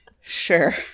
sure